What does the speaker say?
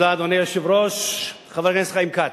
אדוני היושב-ראש, תודה, חבר הכנסת חיים כץ,